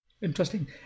Interesting